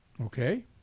Okay